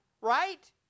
right